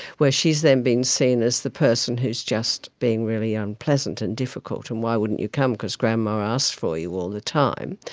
where she's then been seen as the person who's just being really unpleasant and difficult, and why wouldn't you come, because grandma asked for you all the time?